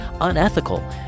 unethical